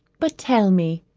but tell me,